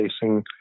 facing